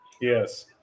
Yes